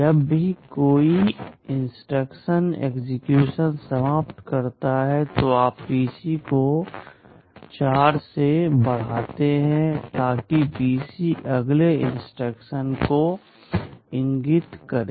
जब भी कोई इंस्ट्रक्शन एक्सेक्यूशन समाप्त करता है तो आप पीसी को 4 से बढ़ाते हैं ताकि पीसी अगले इंस्ट्रक्शन को इंगित करे